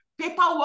paperwork